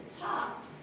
top